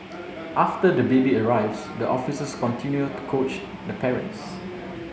after the baby arrives the officers continue to coach the parents